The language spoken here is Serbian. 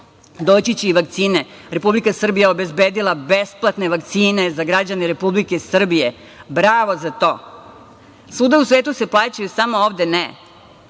Doći će i vakcine. Republika Srbija je obezbedila besplatne vakcine za građane Republike Srbije. Bravo za to. Svuda u svetu se plaćaju, samo ovde ne.